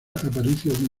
aparicio